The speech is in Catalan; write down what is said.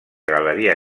galeria